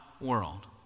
world